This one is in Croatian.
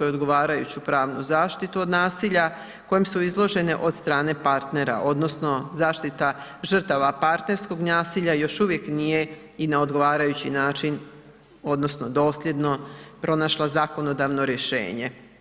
odgovarajuću pravnu zaštitu od nasilja kojem su izložene od strane partnera, odnosno zaštita žrtava partnerskog nasilja još uvijek nije i na odgovarajući način, odnosno dosljedno pronašla zakonodavno rješenje.